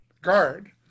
guard